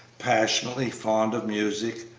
passionately fond of music,